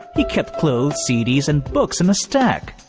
he kept clothes, cds, and books in a stack.